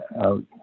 out